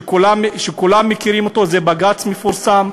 כולם מכירים אותו, זה בג"ץ מפורסם: